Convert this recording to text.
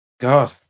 God